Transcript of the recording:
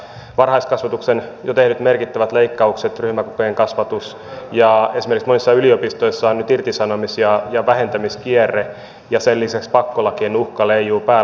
varhaiskasvatukseen on jo tehty merkittävät leikkaukset ryhmäkokojen kasvatus ja esimerkiksi monissa yliopistoissa on nyt irtisanomisia ja vähentämiskierre ja sen lisäksi pakkolakien uhka leijuu päällä